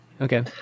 Okay